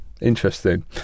Interesting